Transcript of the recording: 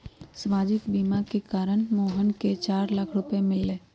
सामाजिक बीमा के कारण मोहन के चार लाख रूपए मिल लय